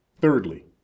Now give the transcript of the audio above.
Thirdly